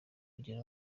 kugira